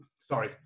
Sorry